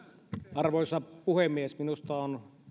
arvoisa puhemies minusta on